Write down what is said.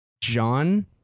John